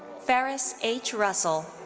farris h. russell.